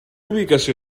ubicació